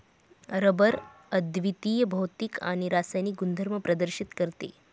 rubber अद्वितीय भौतिक आणि रासायनिक गुणधर्म प्रदर्शित करते